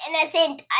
innocent